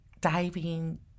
diving